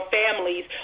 families